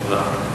תודה.